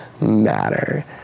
matter